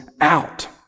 out